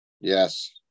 Yes